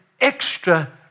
extra